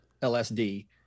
lsd